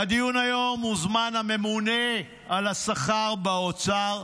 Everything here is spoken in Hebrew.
לדיון היום הוזמן הממונה על השכר באוצר.